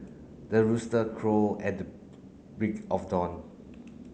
the rooster crawl at the break of dawn